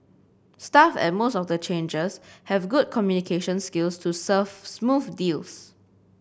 staff at most of the changers have good communication skills to serve smooth deals